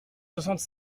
soixante